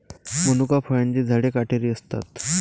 मनुका फळांची झाडे काटेरी असतात